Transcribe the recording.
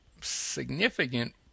significant